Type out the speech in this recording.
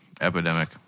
epidemic